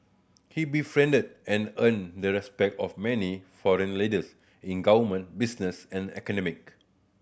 he befriended and earned the respect of many foreign leaders in government business and